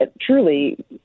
truly